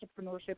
entrepreneurship